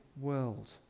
world